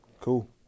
cool